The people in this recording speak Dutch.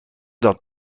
dan